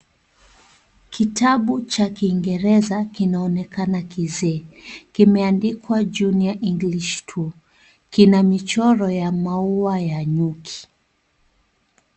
Kitabu cha Kiingereza kinaonekana kizee, kimeandikwa (cs)Junior English Two(cs) kina michoro ya maua ya nyuki.